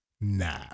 nah